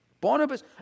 Barnabas